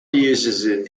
uses